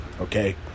Okay